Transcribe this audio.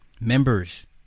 members